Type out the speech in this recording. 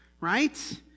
right